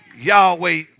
Yahweh